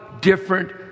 different